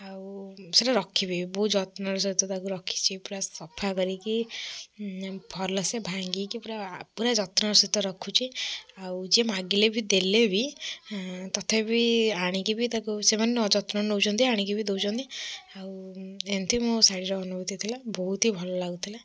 ଆଉ ସେଟା ରଖିବି ବହୁତ ଯତ୍ନ ର ସହିତ ତାକୁ ରଖିଚି ପୁରା ସଫା କରିକି ଭଲ ସେ ଭାଙ୍ଗିକି ପୁରା ପୁରା ଯତ୍ନର ସହିତ ରଖୁଛି ଆଉ ଯିଏ ମାଗିଲେ ବି ଦେଲେବି ତଥାପି ଆଣିକି ବି ତାକୁ ସେମାନେ ନ ଯତ୍ନ ନେଉଛନ୍ତି ଆଣିକି ବି ଦେଉଛନ୍ତି ଆଉ ଏମିତି ମୋ ଶାଢ଼ୀ ର ଅନୁଭୂତି ଥିଲା ବହୁତ ହି ଭଲ ଲାଗୁଥିଲା